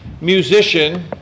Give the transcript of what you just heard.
musician